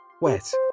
Wet